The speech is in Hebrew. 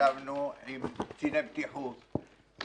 ישבנו עם קצין הבטיחות,